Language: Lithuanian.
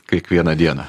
kiekvieną dieną